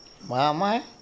Mama